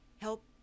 Help